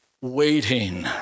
waiting